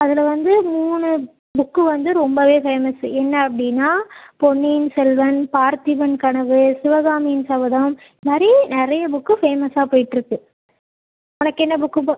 அதில் வந்து மூணு புக்கு வந்து ரொம்பவே ஃபேமஸு என்ன அப்படின்னா பொன்னியின் செல்வன் பார்த்திபன் கனவு சிவகாமியின் சபதம் நிறைய நிறைய புக்கு ஃபேமஸாக போய்ட்டு இருக்குது உனக்கு என்ன புக்கு ப